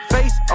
Face